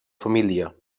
família